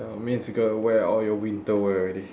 means you gotta wear all your winter wear already